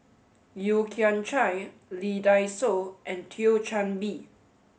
Yeo Kian Chye Lee Dai Soh and Thio Chan Bee